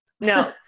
No